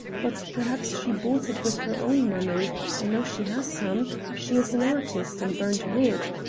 but perhaps she bought it with her own money i know she has some she is an artist in burnt wood.